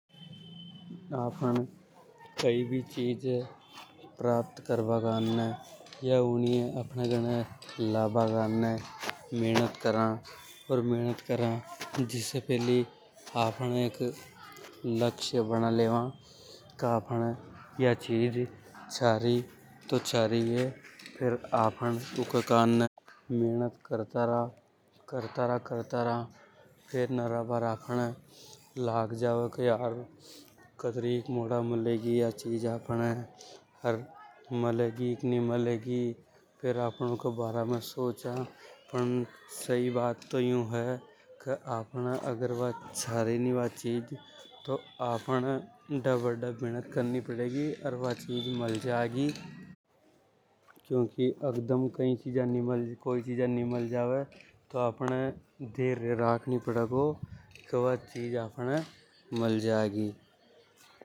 आपन कई भी चीज ये प्राप्त करबा कारने या आपने गने लांबा कारणे। मेनत करा जिसे फैली आपन लक्ष्य बना लेवा के आपने या चीज छा रि तो छारी है। आपन ऊके करने मेनत करता रा करता रा। फेर आपने नरा बार लाग जावे के कतरीक मोड़ा मिलेगी। या चीज आपने अर मिलेगी के नि मेल फेर आपन ऊके बारे में सोचा। पण सई बात तो या हे के वा चीज आपने छा रि तो ढ़बे ढब मेनत करनी पड़ेगी। फेर वा चीज मल जागी तो आपने धैर्य राख नि पड़ेगो। के व चीज आपने मल जागी।